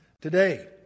today